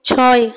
ছয়